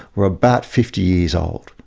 were about fifty years old,